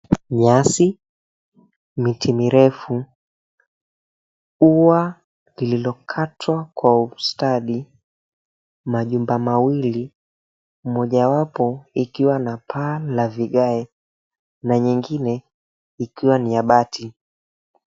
Nyasi, miti mirefu, ua lililokatwa kwa ustadi, majumba mawili. Mojawapo ikiwa na paa la vigae na nyingine ikiwa ni ya bati.